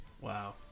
Wow